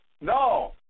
No